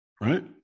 right